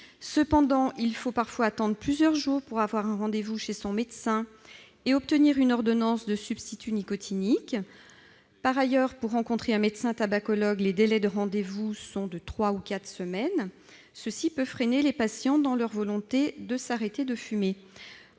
Cependant, il faut parfois attendre plusieurs jours pour avoir un rendez-vous chez son médecin et obtenir une ordonnance de substituts nicotiniques. Pour rencontrer un médecin tabacologue, les délais de rendez-vous sont de trois ou quatre semaines. Cela peut freiner les patients dans leur volonté d'arrêter de fumer.